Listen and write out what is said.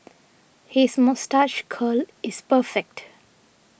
his moustache curl is perfect